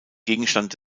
gegenstand